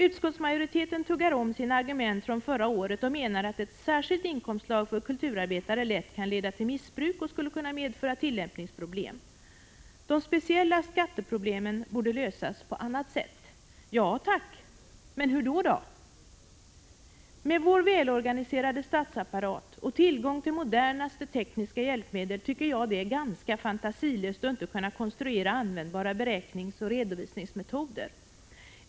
Utskottsmajoriteten tuggar om sina argument från förra året och menar att ett särskilt inkomstslag för kulturarbetare lätt kan leda till missbruk och skulle kunna medföra tillämpningsproblem. Man menar vidare att de speciella skatteproblemen borde lösas på annat sätt. Ja tack, men hur då? Med vår välorganiserade statsapparat, med tillgång till modernaste tekniska hjälpmedel, tycker jag att det är ganska fantasilöst att inte kunna konstruera användbara beräkningsoch redovisningsmetoder.